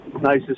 Nice